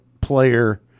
player